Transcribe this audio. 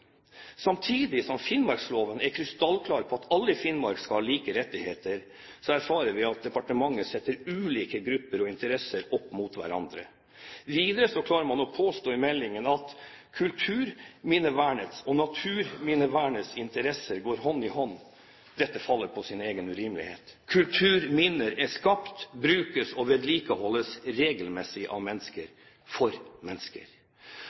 Samtidig som finnmarksloven er krystallklar på at alle i Finnmark skal ha like rettigheter, erfarer vi at departementet setter ulike grupper og interesser opp mot hverandre. Videre klarer man å påstå i meldingen at kulturminnevernets og naturminnevernets interesser går hånd i hånd. Dette faller på sin egen urimelighet. Kulturminner er skapt, de brukes og vedlikeholdes regelmessig av mennesker, for mennesker.